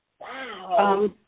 Wow